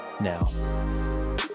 now